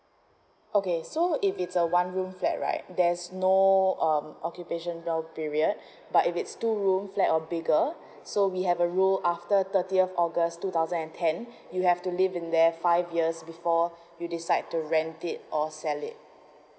okay so if it's a one room flat right there's no um occupational period but if it's two room flat or bigger so we have a rule after thirtieth august two thousand and ten you have to live in there five years before you decide to rent it or sell it